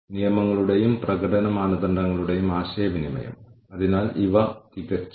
അതിനാൽ അതിൽ കൂടുതൽ നിക്ഷേപം വേണോ വേണ്ടയോ എന്ന് വിലയിരുത്താൻ അത് ഞങ്ങളെ സഹായിക്കും